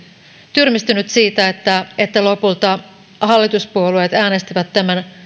tyrmistynyt siitä että että lopulta hallituspuolueet äänestivät tämän